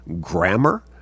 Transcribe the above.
grammar